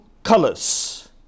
colors